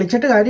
like scented